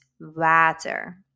water